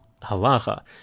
halacha